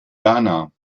ghana